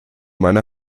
meine